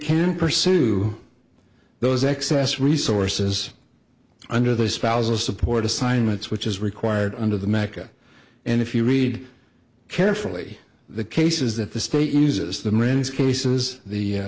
can pursue those excess resources under the spousal support assignments which is required under the makah and if you read carefully the cases that the state uses the men's cases the